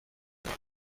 همان